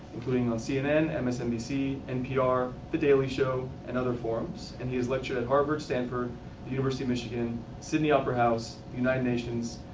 including on cnn, and msnbc, npr, the daily show, and other forums. and he's lectured at harvard, stanford, the university of michigan, sydney opera house, united nations,